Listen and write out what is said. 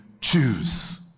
choose